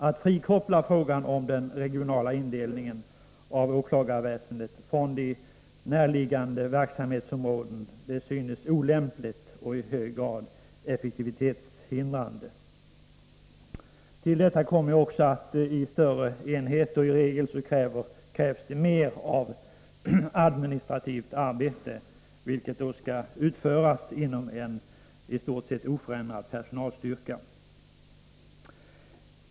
Att frikoppla frågan om den regionala indelningen av åklagarväsendet från de närliggande verksamhetsområdena synes olämpligt och i hög grad effektivitetshindrande. Till detta kommer också att större enheter i regel kräver mer administrativt arbete, vilket skall utföras av en i stort sett oförändrad personalstyrka.